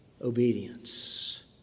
obedience